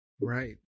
Right